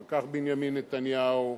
אחר כך בנימין נתניהו,